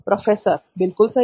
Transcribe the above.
professor बिल्कुल सही